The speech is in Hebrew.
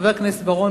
חבר הכנסת בר-און,